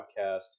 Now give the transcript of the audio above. podcast